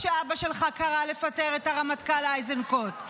כשאבא שלך קרא לפטר את הרמטכ"ל איזנקוט?